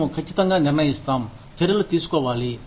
మేము ఖచ్చితంగా నిర్ణయిస్తాం చర్యలు తీసుకోవాలి